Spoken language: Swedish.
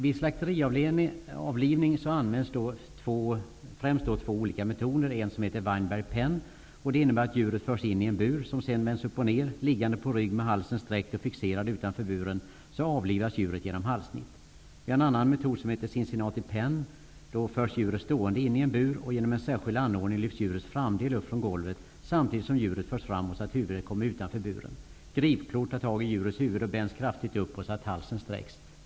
Vid slakteriavlivning används främst två olika metoder. Den ena metoden kallas Weinberg pen. Det innebär att djuret förs in i en bur, som sedan vänds upp och ner. Liggande på rygg med halsen sträckt och fixerad utanför buren avlivas djuret genom halssnitt. Den andra metoden kallas Cincinnati pen. Då förs djuret stående in i en bur. Genom en särskild anordning lyfts djurets framdel upp från golvet samtidigt som djuret förs framåt så att huvudet kommer utanför buren. Gripklor tar tag i djurets huvud som bänds kraftigt uppåt så att halsen sträcks.